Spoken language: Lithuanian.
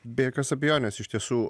be jokios abejonės iš tiesų